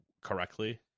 correctly